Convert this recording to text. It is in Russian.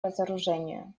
разоружению